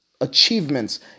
achievements